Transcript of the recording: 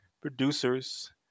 producers